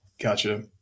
Gotcha